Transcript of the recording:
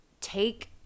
Take